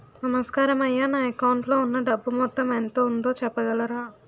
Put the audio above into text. నమస్కారం అయ్యా నా అకౌంట్ లో ఉన్నా డబ్బు మొత్తం ఎంత ఉందో చెప్పగలరా?